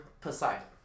Poseidon